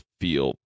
feel